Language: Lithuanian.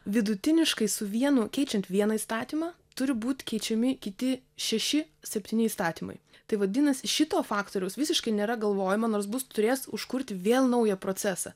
vidutiniškai su vienu keičiant vieną įstatymą turi būt keičiami kiti šeši septyni įstatymai tai vadinasi šito faktoriaus visiškai nėra galvojama nors bus turės užkurti vėl naują procesą